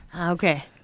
Okay